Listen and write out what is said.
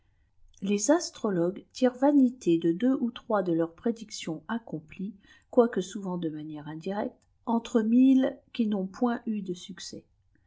les astrologues tirent vanité de deux ou trois de leurs piéiacllonç accomplies quoique souvent d'mmaqière indiitev tre mille qui n'ont point eu de succès